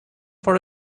for